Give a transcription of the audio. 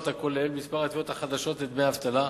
הכולל ובמספר התביעות החדשות לדמי אבטלה.